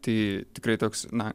tai tikrai toks na